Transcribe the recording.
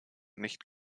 nicht